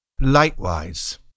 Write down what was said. Likewise